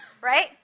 Right